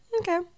okay